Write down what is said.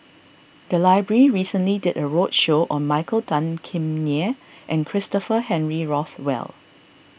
the library recently did a roadshow on Michael Tan Kim Nei and Christopher Henry Rothwell